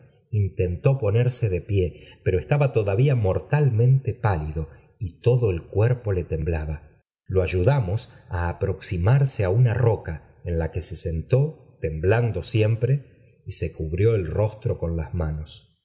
intentó ponerse de pie pero entuba todavía mortalmente pálido y todo el cuerpo le temblaba lo ayudamos á aproximarse á una o ca en la que se sentó temblando siempre y m cubrió el rostro con las manos